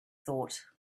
thought